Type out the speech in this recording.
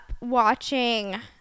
watching